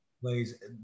plays